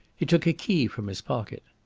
he took a key from his pocket.